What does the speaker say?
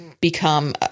become